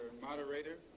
Moderator